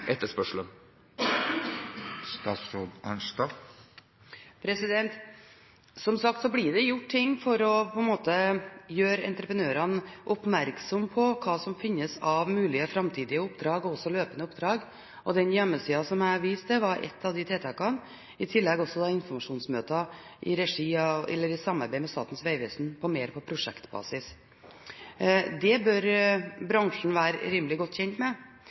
Som sagt blir det gjort ting for å gjøre entreprenørene oppmerksom på hva som finnes av mulig framtidige oppdrag, også av løpende oppdrag. Den hjemmesiden som jeg viste til, var ett av de tiltakene, i tillegg er det også informasjonsmøter i samarbeid med Statens vegvesen mer på prosjektbasis. Det bør bransjen være rimelig godt kjent med.